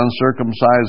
uncircumcised